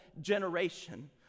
generation